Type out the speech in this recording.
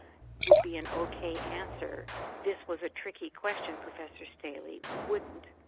would be an okay answer. this was a tricky question, professor staley, wouldn't.